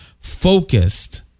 focused